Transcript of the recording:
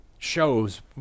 shows